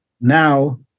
Now